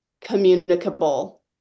communicable